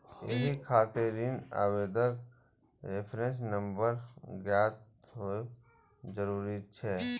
एहि खातिर ऋण आवेदनक रेफरेंस नंबर ज्ञात होयब जरूरी छै